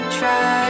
try